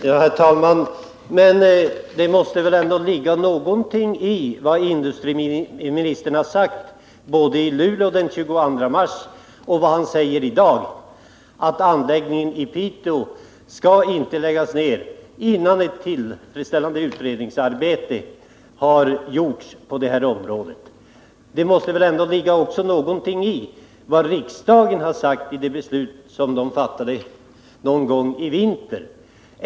Herr talman! Det måste väl ändå ligga någonting i vad industriministern sade i Luleå den 22 mars och vad han säger i dag, dvs. att anläggningen i Piteå inte skall läggas ned, förrän ett tillfredsställande utredningsarbete har gjorts på det här området. Dessutom måste det väl ligga någonting i riksdagens beslut i denna fråga någon gång i vintras.